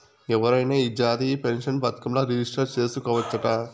ఎవరైనా ఈ జాతీయ పెన్సన్ పదకంల రిజిస్టర్ చేసుకోవచ్చట